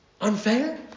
Unfair